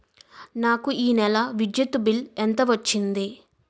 నాకు ఈ నెల విద్యుత్ బిల్లు ఎంత వచ్చింది?